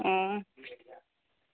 ও